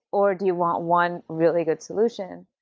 or do you want one really good solution?